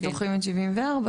אז דוחים את 74,